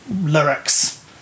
lyrics